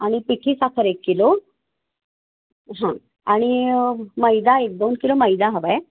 आणि पिठी साखर एक किलो हां आणि मैदा एक दोन किलो मैदा हवा आहे